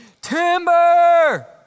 Timber